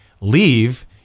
leave